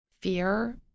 fear